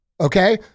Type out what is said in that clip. Okay